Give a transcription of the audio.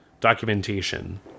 documentation